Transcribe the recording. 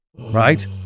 Right